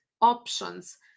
options